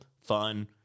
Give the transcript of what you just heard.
fun